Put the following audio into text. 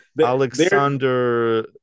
Alexander